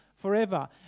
forever